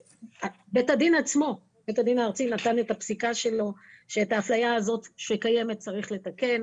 ובית הדין הארצי עצמו נתן את הפסיקה שלו שאת האפליה הזאת צריך לתקןל.